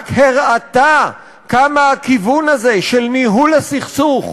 רק הראתה כמה הכיוון הזה של ניהול הסכסוך